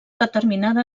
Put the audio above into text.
determinada